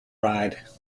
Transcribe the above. ride